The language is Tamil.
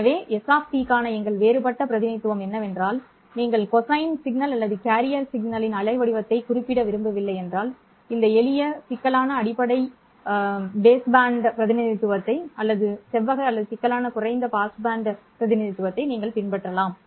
எனவே s க்கான எங்கள் வேறுபட்ட பிரதிநிதித்துவம் என்னவென்றால் நீங்கள் கொசைன் சமிக்ஞை அல்லது கேரியர் அலை வடிவத்தைக் குறிப்பிட விரும்பவில்லை என்றால் இந்த எளிய சிக்கலான அடிப்படை இசைக்குழு பிரதிநிதித்துவத்தை அல்லது செவ்வக அல்லது சிக்கலான குறைந்த பாஸ் பிரதிநிதித்துவத்தை நீங்கள் பின்பற்றலாம்